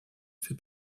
fait